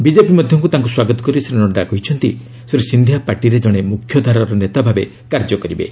BJP ମଧ୍ୟକୁ ତାଙ୍କୁ ସ୍ୱାଗତ କରି ଶ୍ରୀ ନଡ଼ୁ କହିଛନ୍ତି ଶ୍ରୀ ସିନ୍ଧିଆ ପାର୍ଟିରେ କଣେ ମୁଖ୍ୟଧାରାର ନେତା ଭାବେ କାର୍ଯ୍ୟ କରିବେ